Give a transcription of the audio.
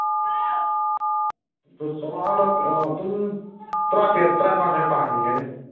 ꯆꯧꯔꯥꯛꯅ ꯑꯗꯨꯝ ꯑꯗꯨꯝ ꯇꯔꯥꯇꯔꯦꯠ ꯇꯔꯥꯃꯥꯄꯟ ꯁꯨꯃꯥꯏꯅ ꯄꯥꯍꯟꯅꯤꯡꯉꯦꯅꯦ